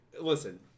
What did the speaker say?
Listen